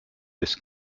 this